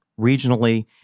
regionally